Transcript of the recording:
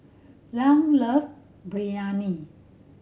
Lan love Biryani